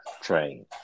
Train